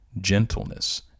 gentleness